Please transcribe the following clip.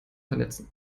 vernetzen